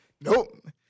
Nope